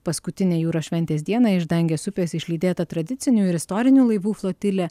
paskutinę jūros šventės dieną iš dangės upės išlydėta tradicinių ir istorinių laivų flotilė